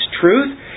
truth